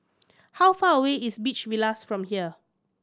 how far away is Beach Villas from here